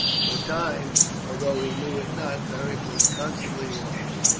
for a time, although he knew it not, beric was constantly watched.